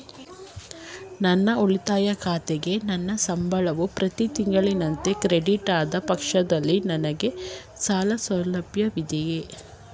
ನನ್ನ ಉಳಿತಾಯ ಖಾತೆಗೆ ನನ್ನ ಸಂಬಳವು ಪ್ರತಿ ತಿಂಗಳಿನಂತೆ ಕ್ರೆಡಿಟ್ ಆದ ಪಕ್ಷದಲ್ಲಿ ನನಗೆ ಸಾಲ ಸೌಲಭ್ಯವಿದೆಯೇ?